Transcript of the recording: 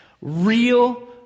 Real